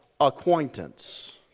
acquaintance